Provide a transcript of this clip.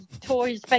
toys